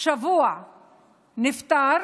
שבוע נפטר